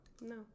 no